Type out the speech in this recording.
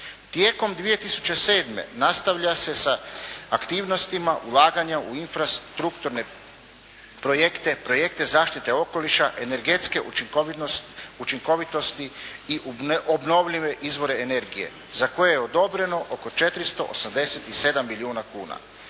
Tijekom 2007. nastavlja se sa aktivnostima ulaganja u infrastrukturne projekte, projekte zaštite okoliša, energetske učinkovitosti i obnovljive izvore energije za koje je odobreno oko 487 milijuna kuna.